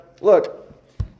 Look